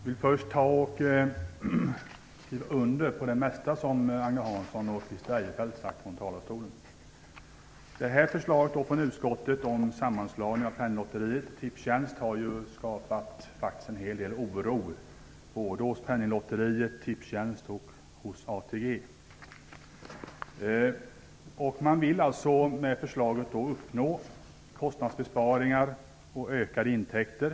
Herr talman! Jag vill först skriva under på det mesta som Agne Hansson och Christer Eirefelt har sagt från talarstolen. Penninglotteriet och Tipstjänst har ju skapat en hel del oro, såväl hos Penninglotteriet som hos Tipstjänst och ATG. Med förslaget vill man uppnå kostnadsbesparingar och ökade intäkter.